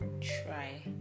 try